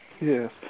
Yes